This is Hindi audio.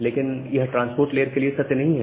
लेकिन यह ट्रांसपोर्ट लेयर के लिए सत्य नहीं है